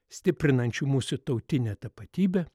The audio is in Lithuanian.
stiprinančių mūsų tautinę tapatybę